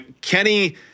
Kenny